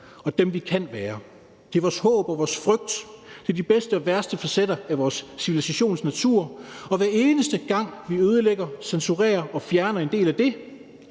og dem, vi kan være. Det er vores håb og vores frygt. Det er de bedste og de værste facetter af vores civilisations natur, og hver eneste gang vi ødelægger, censurerer og fjerner en del af det,